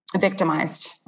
victimized